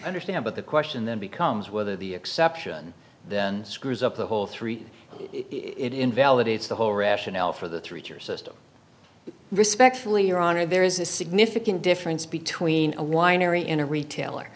understand but the question then becomes whether the exception then screws up the whole three it invalidates the whole rationale for the three tier system respectfully your honor there is a significant difference between a winery in a retail